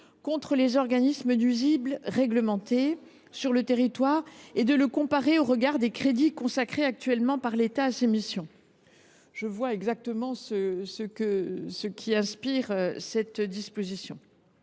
contre les organismes nuisibles réglementés sur le territoire et de le comparer aux crédits actuellement consacrés à ces missions. Je vois exactement ce qui inspire cette disposition…